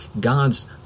God's